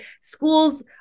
schools